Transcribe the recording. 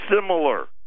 similar